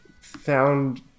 found